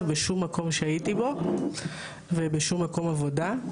בשום מקום שהייתי בו ובשום מקום עבודה.